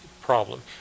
problem